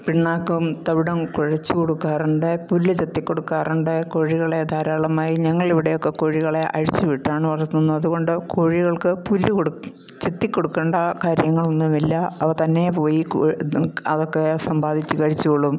പിണ്ണാക്കും തവിടും കുഴച്ചു കൊടുക്കാറുണ്ട് പുല്ല് ചെത്തി കൊടുക്കാറുണ്ട് കോഴികളെ ധാരാളമായി ഞങ്ങളിവിടെയൊക്കെ കോഴികളെ അഴിച്ചു വിട്ടാണ് വളർത്തുന്നത് അതുകൊണ്ട് കോഴികൾക്ക് പുല്ല് കൊടുക്കും ചെത്തി കൊടുക്കേണ്ട കാര്യങ്ങൾ ഒന്നുമില്ല അവ തന്നെ പോയി അതൊക്കെ സമ്പാദിച്ചു കഴിച്ചു കൊള്ളും